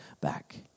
back